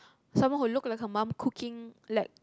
someone who looked like her mum cooking like